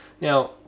Now